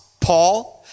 Paul